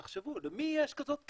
תחשבו, למי יש כזאת קרן?